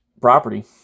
property